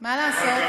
מה לעשות?